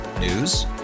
News